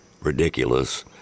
Ridiculous